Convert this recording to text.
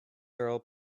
girl